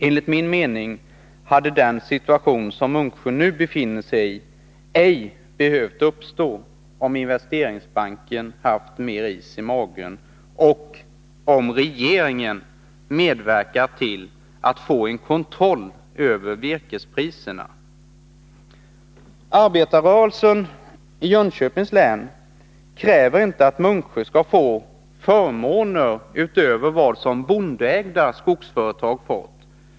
Enligt min mening hade den situation som Munksjö nu befinner sig i ej behövt uppstå om Investeringsbanken haft mer is i magen, och om regeringen medverkat till att få en kontroll över virkespriserna. Arbetarrörelsen i Jönköpings län kräver inte att Munksjö skall få förmåner utöver vad bondeägda skogsföretag fått.